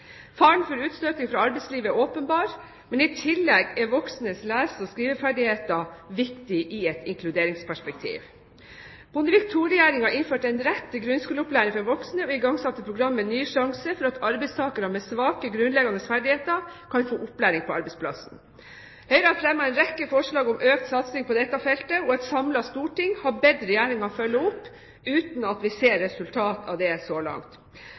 Faren for utstøting fra arbeidslivet er åpenbar, men i tillegg er voksnes lese- og skriveferdigheter viktige i et inkluderingsperspektiv. Bondevik II-regjeringen innførte en rett til grunnskoleopplæring for voksne og igangsatte programmet «Ny sjanse» for at arbeidstakere med svake grunnleggende ferdigheter kan få opplæring på arbeidsplassen. Høyre har fremmet en rekke forslag om økt satsing på dette feltet, og et samlet storting har bedt Regjeringen følge opp – uten at vi har sett resultater av det så langt.